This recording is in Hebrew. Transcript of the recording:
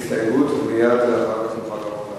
אין הסתייגות, מייד אחר כך נוכל לעבור להצבעה.